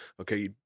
Okay